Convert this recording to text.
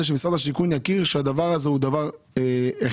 שמשרד השיכון יכיר שהדבר הזה הוא דבר הכרחי,